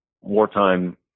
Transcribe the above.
wartime